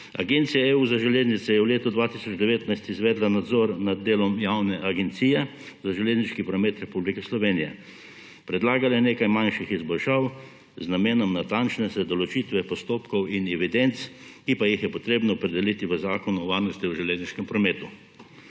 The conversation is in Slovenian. Agencija EU za železnice je v letu 2019 izvedla nadzor nad delom Javne agencije za železniški promet Republike Slovenije. Predlagala je nekaj manjših izboljšav z namenom natančnejše določitve postopkov in evidenc, ki pa jih je treba opredeliti v Zakonu o varnosti v železniškem prometu.